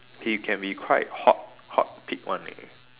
he can be quite hot hot pick one eh